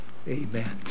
Amen